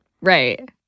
Right